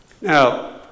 Now